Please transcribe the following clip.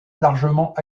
largement